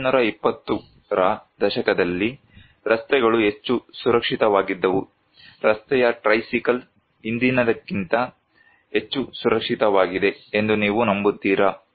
1920 ರ ದಶಕದಲ್ಲಿ ರಸ್ತೆಗಳು ಹೆಚ್ಚು ಸುರಕ್ಷಿತವಾಗಿದ್ದವು ರಸ್ತೆಯ ಟ್ರೈಸಿಕಲ್ ಇಂದಿನಕ್ಕಿಂತ ಹೆಚ್ಚು ಸುರಕ್ಷಿತವಾಗಿದೆ ಎಂದು ನೀವು ನಂಬುತ್ತೀರಾ